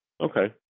Okay